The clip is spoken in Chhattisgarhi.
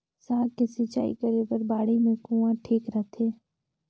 साग के सिंचाई करे बर बाड़ी मे कुआँ ठीक रहथे?